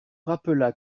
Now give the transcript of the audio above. rappela